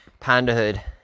Pandahood